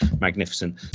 magnificent